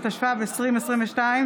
התשפ"ב 2022,